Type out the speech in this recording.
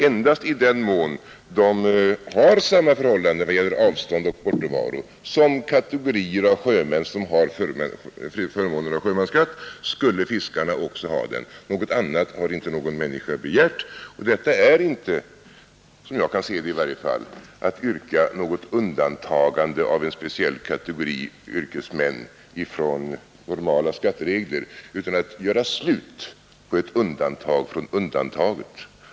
Endast i den mån de har samma förhållanden vad gäller avstånd och bortovaro som de kategorier av sjömän som har förmånen att ha sjömansskatt, skulle fiskarna också ha det. Något annat har inte någon människa begärt. Detta är inte — som jag kan se det i varje fall — att yrka något undantag för en speciell kategori yrkesmän från normala skatteregler, utan att göra slut på ett undantag från undantaget.